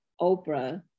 Oprah